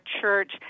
church